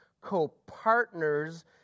co-partners